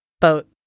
Boat